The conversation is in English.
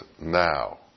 now